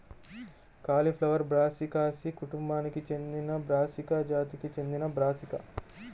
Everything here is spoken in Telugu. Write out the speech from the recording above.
కాలీఫ్లవర్ బ్రాసికాసి కుటుంబానికి చెందినబ్రాసికా జాతికి చెందినబ్రాసికా